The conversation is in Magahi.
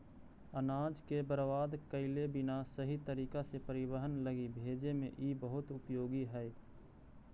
अनाज के बर्बाद कैले बिना सही तरीका से परिवहन लगी भेजे में इ बहुत उपयोगी हई